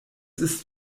ist